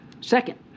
Second